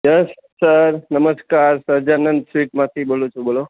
yes sir નમસ્કાર સહજાનંદ સ્વીટમાંથી બોલું છું બોલો